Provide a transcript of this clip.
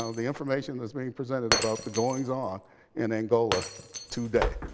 ah the information that's being presented about the goings on in angola today.